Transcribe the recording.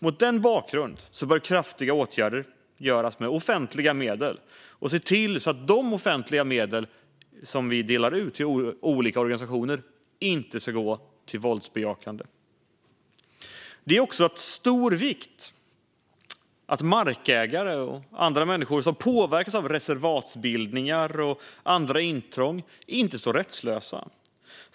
Mot denna bakgrund bör kraftfulla åtgärder vidtas för att se till att de offentliga medel som vi delar ut till olika organisationer inte går till våldsbejakande organisationer. Det är också av stor vikt att markägare och andra människor som påverkas av reservatsbildningar och andra intrång inte står rättslösa.